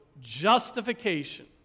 justification